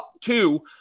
two